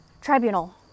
Tribunal